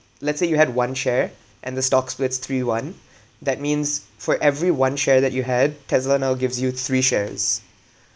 let's say you had one share and the stock splits three one that means for every one share that you had Tesla now gives you three shares